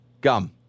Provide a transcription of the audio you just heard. Gum